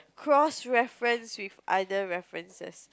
cross reference with other references